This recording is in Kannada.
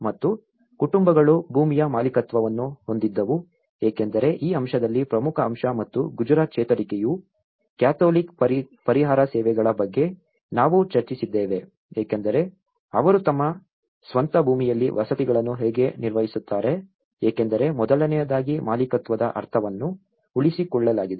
ಮತ್ತು ಕುಟುಂಬಗಳು ಭೂಮಿಯ ಮಾಲೀಕತ್ವವನ್ನು ಹೊಂದಿದ್ದವು ಏಕೆಂದರೆ ಈ ಅಂಶದಲ್ಲಿ ಪ್ರಮುಖ ಅಂಶ ಮತ್ತು ಗುಜರಾತ್ ಚೇತರಿಕೆಯು ಕ್ಯಾಥೋಲಿಕ್ ಪರಿಹಾರ ಸೇವೆಗಳ ಬಗ್ಗೆ ನಾವು ಚರ್ಚಿಸಿದ್ದೇವೆ ಏಕೆಂದರೆ ಅವರು ತಮ್ಮ ಸ್ವಂತ ಭೂಮಿಯಲ್ಲಿ ವಸತಿಗಳನ್ನು ಹೇಗೆ ನಿರ್ವಹಿಸುತ್ತಾರೆ ಏಕೆಂದರೆ ಮೊದಲನೆಯದಾಗಿ ಮಾಲೀಕತ್ವದ ಅರ್ಥವನ್ನು ಉಳಿಸಿಕೊಳ್ಳಲಾಗಿದೆ